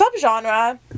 subgenre